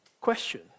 question